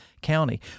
County